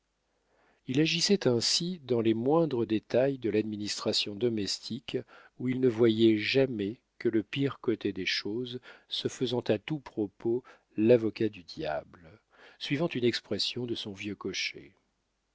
il agissait ainsi dans les moindres détails de l'administration domestique où il ne voyait jamais que le pire côté des choses se faisant à tout propos l'avocat du diable suivant une expression de son vieux cocher